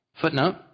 footnote